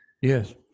Yes